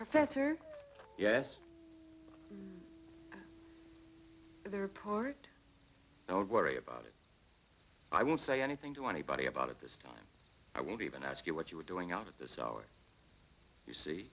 professor yes for their part don't worry about it i won't say anything to anybody about it this time i won't even ask you what you were doing out at this hour you see